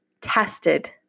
tested